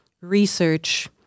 research